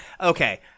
Okay